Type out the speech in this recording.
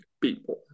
people